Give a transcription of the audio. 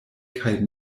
kaj